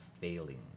failing